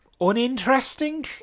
uninteresting